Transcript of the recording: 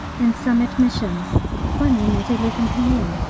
and some admissions one in at eleven p m,